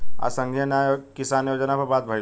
आज संघीय न्याय किसान योजना पर बात भईल ह